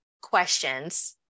questions